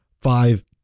five